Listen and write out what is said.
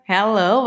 Hello